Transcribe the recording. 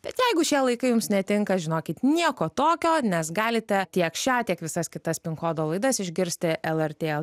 bet jeigu šie laikai jums netinka žinokit nieko tokio nes galite tiek šią tiek visas kitas pinkodo laidas išgirsti lrt